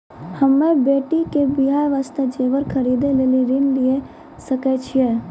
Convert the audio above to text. हम्मे बेटी के बियाह वास्ते जेबर खरीदे लेली ऋण लिये सकय छियै?